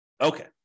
Okay